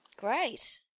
Great